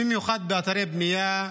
במיוחד באתרי בנייה,